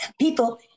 people